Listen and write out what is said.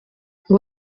ngo